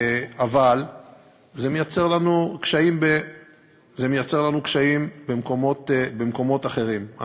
אבל זה מייצר לנו קשיים במקומות אחרים.